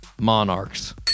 Monarchs